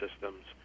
systems